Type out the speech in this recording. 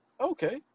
okay